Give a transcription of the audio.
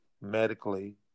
medically